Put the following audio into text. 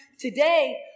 today